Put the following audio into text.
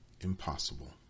impossible